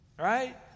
right